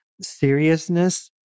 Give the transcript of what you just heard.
seriousness